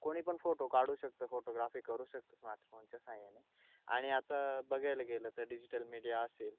कोणी पण फोटो काढू शकतं फोटोग्राफी करू शकतं स्मार्टफोनच्या सहाय्याने आणि आता बघायला गेलं तर डिजिटल मीडिया असेल